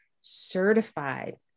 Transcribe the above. certified